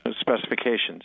specifications